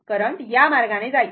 current या मार्गाने जाईल